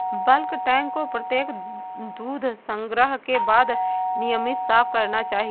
bulk tank को प्रत्येक दूध संग्रह के बाद नियमित साफ करना चाहिए